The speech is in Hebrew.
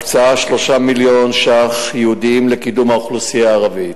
הקצאה 3 מיליון ש"ח ייעודיים לקידום האוכלוסייה הערבית,